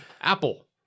Apple